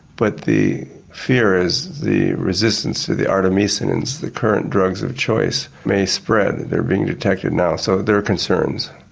but the fear is the resistance to the artemisinins, the current drugs of choice, may spread. they're being detected now, so there are concerns.